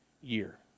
year